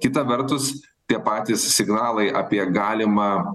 kita vertus tie patys signalai apie galimą